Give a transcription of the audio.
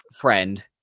friend